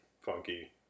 funky